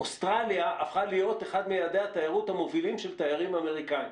אוסטרליה הפכה להיות אחד מיעדי התיירות המובילים של תיירים אמריקאים,